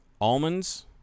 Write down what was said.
almonds